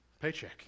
paycheck